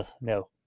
No